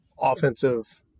offensive